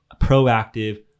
proactive